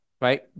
right